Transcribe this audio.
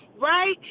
right